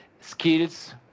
skills